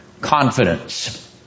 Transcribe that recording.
confidence